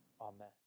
Amen